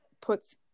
puts